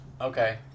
Okay